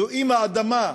זו אימא אדמה,